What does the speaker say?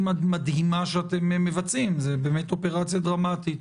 המדהימה שאתם מבצעים זו באמת אופרציה דרמטית,